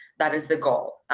that is the goal.